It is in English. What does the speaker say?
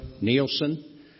Nielsen